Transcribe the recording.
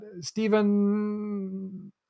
Stephen